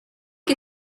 che